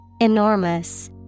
Enormous